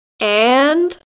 And-